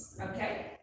Okay